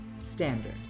standard